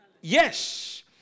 Yes